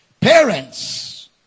Parents